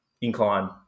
incline